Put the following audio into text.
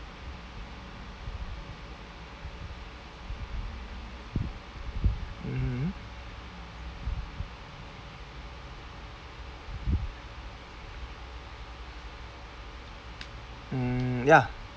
mmhmm mm ya